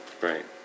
Right